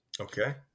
Okay